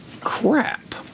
crap